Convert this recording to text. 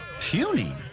puny